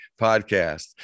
podcast